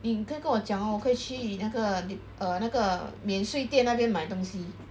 eh 你可以跟讲 hor 我可以去去那个 de~ err 那个免税店那边买东西